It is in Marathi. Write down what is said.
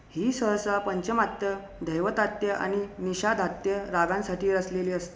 ही सहसा पंचमांत्य धैवतांत्य आणि निषाधांत्य रागांसाठी रचलेली असतील